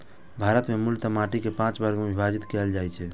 भारत मे मूलतः माटि कें पांच वर्ग मे विभाजित कैल जाइ छै